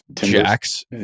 jacks